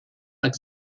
like